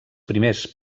primers